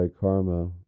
karma